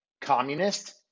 communist